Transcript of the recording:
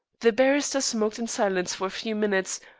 the barrister smoked in silence for a few minutes,